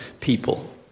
people